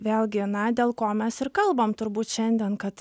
vėlgi na dėl ko mes ir kalbam turbūt šiandien kad